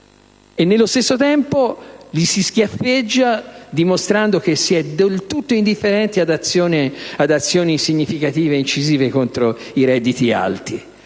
Nello stesso tempo li si schiaffeggia, dimostrando che si è del tutto indifferenti ad azioni significative ed incisive contro i redditi alti.